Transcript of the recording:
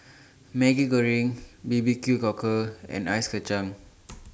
Maggi Goreng B B Q Cockle and Ice Kacang